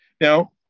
Now